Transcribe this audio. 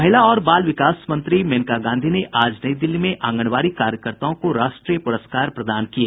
महिला और बाल विकास मंत्री मेनका गांधी ने आज नई दिल्ली में आंगनबाड़ी कार्यकर्ताओं को राष्ट्रीय पुरस्कार प्रदान किए